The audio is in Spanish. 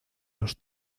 los